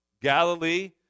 Galilee